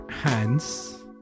hands